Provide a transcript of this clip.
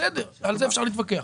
בסדר, על זה אפשר להתווכח.